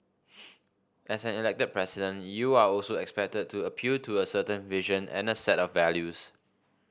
as an elected president you are also expected to appeal to a certain vision and the set of values